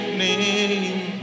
name